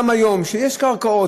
גם היום יש קרקעות,